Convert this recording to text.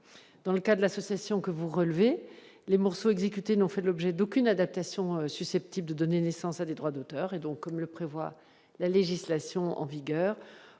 dans le cas de l'association que vous relevez les morceaux exécutés n'ont fait l'objet d'aucune adaptation susceptibles de donner naissance à des droits d'auteur et donc, comme le prévoit la législation en vigueur